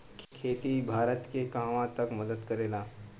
खेती भारत के कहवा तक मदत करे ला?